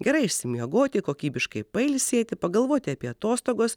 gerai išsimiegoti kokybiškai pailsėti pagalvoti apie atostogos